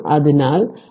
അതിനാൽ 4 0